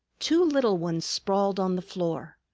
two little ones sprawled on the floor.